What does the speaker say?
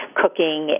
cooking